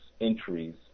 entries